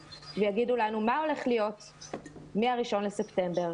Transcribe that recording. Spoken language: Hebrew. ויגידו לנו מה הולך להיות מהראשון לספטמבר.